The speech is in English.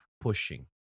pushing